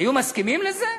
היו מסכימים לזה?